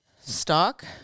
Stock